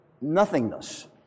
nothingness